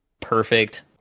perfect